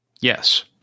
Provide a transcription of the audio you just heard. Yes